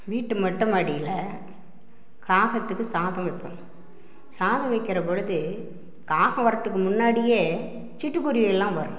வீட்டு மொட்டை மாடியில் காகத்துக்கு சாதம் வைப்போம் சாதம் வைக்கிறபொழுது காகம் வரதுக்கு முன்னாடியே சிட்டுக்குருவியெல்லாம் வரும்